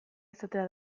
izatea